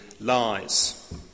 lies